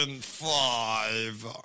five